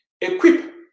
equip